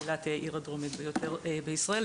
אילת היא העיר הדרומית ביותר בישראל.